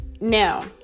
Now